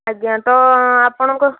ଆଜ୍ଞା ତ ଆପଣଙ୍କ